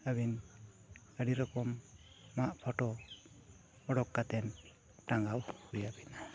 ᱟᱹᱵᱤᱱ ᱟᱹᱰᱤ ᱨᱚᱠᱚᱢᱟᱜ ᱩᱰᱩᱠ ᱠᱟᱛᱮᱫ ᱴᱟᱸᱜᱟᱣ ᱦᱩᱭ ᱟᱹᱵᱤᱱᱟ